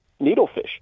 needlefish